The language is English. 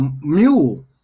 mule